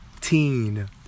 Teen